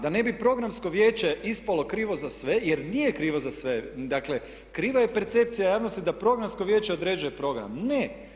Da ne bi programsko vijeće ispalo krivo za sve, jer nije krivo za sve, dakle kriva je percepcija javnosti da programsko vijeće određuje program, ne.